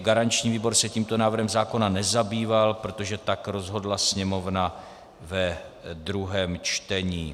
Garanční výbor se tímto návrhem zákona nezabýval, protože tak rozhodla Sněmovna ve druhém čtení.